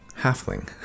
halfling